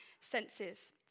senses